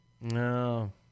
No